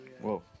Whoa